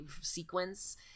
sequence